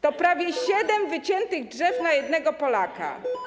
To prawie siedem wyciętych drzew na jednego Polaka.